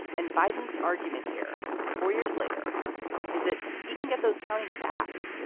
and biden's argument here four years later is that he can get those counties back.